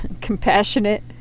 compassionate